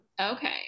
Okay